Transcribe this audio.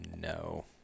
No